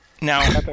Now